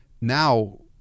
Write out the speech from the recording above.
Now